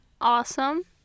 Awesome